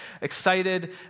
excited